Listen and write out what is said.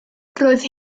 roedd